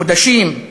החודשים,